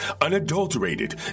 unadulterated